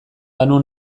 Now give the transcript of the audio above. banu